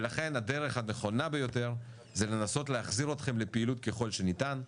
ולכן הדרך הנכונה ביותר זה לנסות להחזיר אתכם לפעילות ככל שניתן.